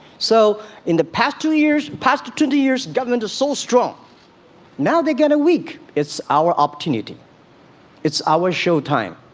so in the past two years past twenty years government is so strong now they get a week. it's our opportunity it's our show time